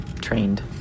trained